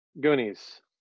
goonies